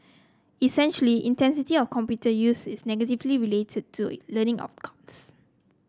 essentially intensity of computer use is negatively related to learning outcomes